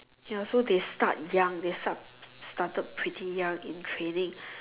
ya so they start young they start started pretty young in training